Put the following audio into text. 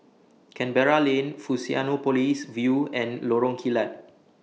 Canberra Lane Fusionopolis View and Lorong Kilat